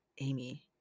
Amy